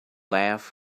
laugh